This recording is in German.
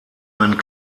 einen